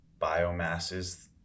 biomasses